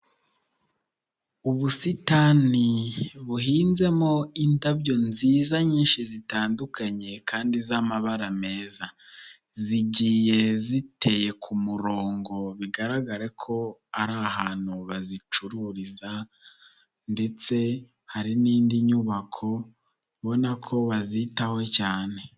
Ubusitani buhinzemo indabyo nziza nyinshi zitandukanye kandi z'amabara meza, zigiye ziteye ku murongo bigaragare ko ari ahantu bazicururiza ndetse hari n'indi nyubako ubona ko bazitaho cyane.